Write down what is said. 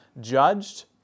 judged